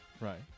right